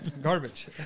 Garbage